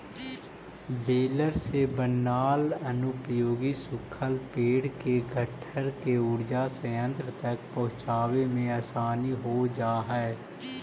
baler से बनाल अनुपयोगी सूखल पेड़ के गट्ठर के ऊर्जा संयन्त्र तक पहुँचावे में आसानी हो जा हई